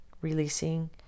releasing